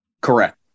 Correct